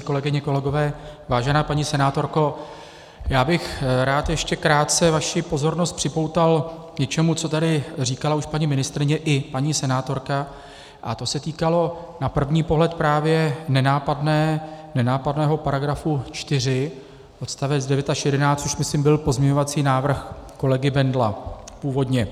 Kolegyně, kolegové, vážená paní senátorko, já bych rád ještě krátce vaši pozornost připoutal k něčemu, co tady říkala už paní ministryně i paní senátorka, a to se týkalo na první pohled právě nenápadného paragrafu 4 odstavec 9 až 11, což myslím byl pozměňovací návrh kolegy Bendla původně.